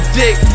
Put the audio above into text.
dick